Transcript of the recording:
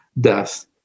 death